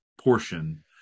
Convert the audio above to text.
portion